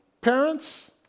parents